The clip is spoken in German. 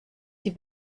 die